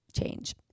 Change